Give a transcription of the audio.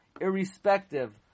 irrespective